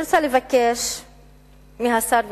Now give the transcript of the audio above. מהשר,